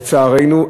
לצערנו.